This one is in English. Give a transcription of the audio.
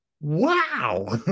wow